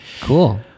Cool